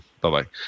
Bye-bye